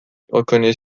reconnaît